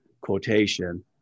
quotation